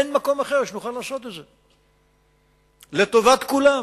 אין מקום אחר שנוכל לעשות את זה, וזה לטובת כולם.